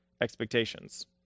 expectations